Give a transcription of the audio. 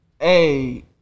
hey